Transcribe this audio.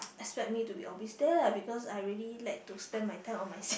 expect me to be always there lah because I really like to spend my time on myself